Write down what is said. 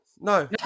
No